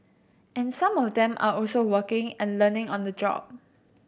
and some of them are also working and learning on the job